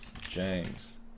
James